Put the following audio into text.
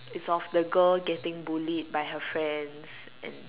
it's of the girl getting bullied by her friends and